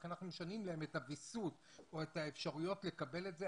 אנחנו משנים להם את הוויסות או את האפשרויות לקבל את זה,